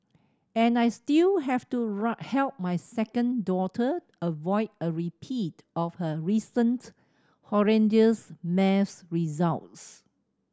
and I still have to right help my second daughter avoid a repeat of her recent horrendous maths results